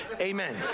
Amen